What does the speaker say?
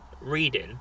reading